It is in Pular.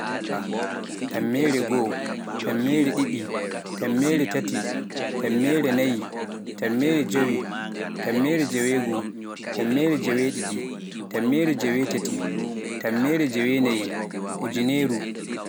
waala, tammere goo, tammere ɗiɗi, tammere taati, tammere naayi, tammere jeewi, tammere jeewegoo, tammere jeeweɗiɗi, tammere jeewetaati, tammere jeewe naayi, ujineru.